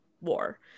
war